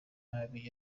inabi